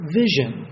vision